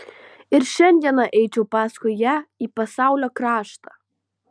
ir šiandieną eičiau paskui ją į pasaulio kraštą